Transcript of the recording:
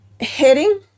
heading